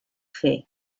fer